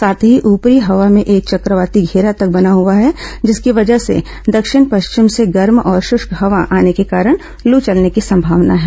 साथ ही ऊपरी हवा में एक चक्रवाती घेरा बना हुआ है जिसकी वजह से दक्षिण पश्चिम से गर्म और शुष्क हवा आने के कारण लू चलने की संभावना है